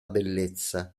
bellezza